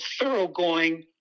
thoroughgoing